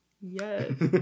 Yes